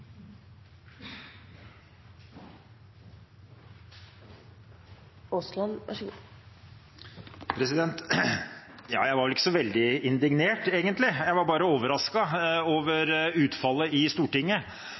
Jeg var vel ikke så veldig indignert, egentlig. Jeg var bare overrasket over utfallet i Stortinget